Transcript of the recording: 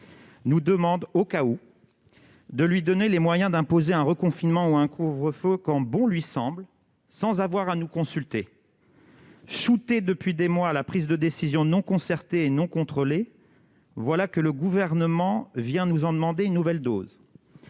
nous demande, au cas où, de lui donner les moyens d'imposer un reconfinement ou un couvre-feu quand bon lui semble, sans avoir à nous consulter. Shooté depuis des mois à la prise de décision non concertée et non contrôlée, voilà que le Gouvernement vient nous réclamer une nouvelle dose